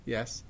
Yes